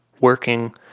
working